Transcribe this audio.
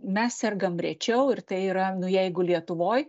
mes sergam rečiau ir tai yra nu jeigu lietuvoj